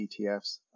ETFs